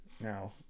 Now